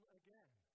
again